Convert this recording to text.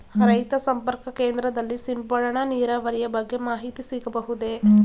ರೈತ ಸಂಪರ್ಕ ಕೇಂದ್ರದಲ್ಲಿ ಸಿಂಪಡಣಾ ನೀರಾವರಿಯ ಬಗ್ಗೆ ಮಾಹಿತಿ ಸಿಗಬಹುದೇ?